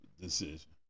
decision